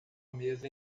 mesa